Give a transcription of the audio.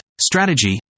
strategy